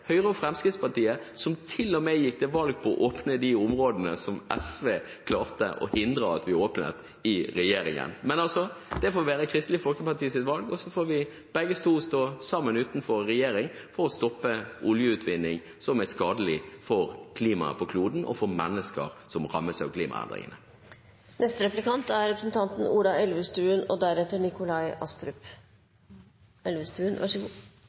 Høyre og Fremskrittspartiet, som til og med gikk til valg på å åpne de områdene som SV i regjering klarte å hindre at vi åpnet. Men det får være Kristelig Folkepartis valg, og så får vi begge stå sammen utenfor regjering om å stoppe oljeutvinning som er skadelig for klimaet på kloden, og for mennesker som rammes av klimaendringene. Nå blir det heldigvis ingen aktivitet utenfor Lofoten, Vesterålen, Senja eller det andre området som ble nevnt tidligere. Jeg er